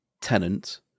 tenant